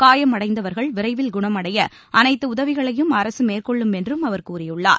காயமடைந்தவர்கள் விரைவில் குண்மடைய அனைத்து உதவிகளையும் அரசு மேற்கொள்ளும் என்றும் அவர் கூறியுள்ளார்